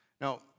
Now